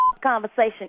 conversation